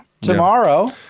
tomorrow